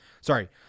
Sorry